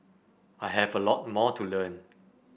I have a lot more to learn